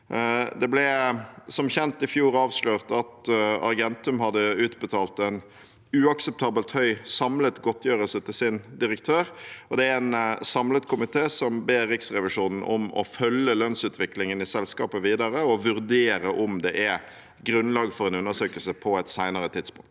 Det ble, som kjent, i fjor avslørt at Argentum hadde utbetalt en uakseptabel høy samlet godtgjørelse til sin direktør. Det er en samlet komité som ber Riksrevisjonen om å følge lønnsutviklingen i selskapet videre og vurdere om det er grunnlag for en undersøkelse på et senere tidspunkt.